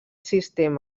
sistema